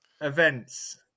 events